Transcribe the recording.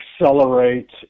accelerate